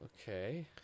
Okay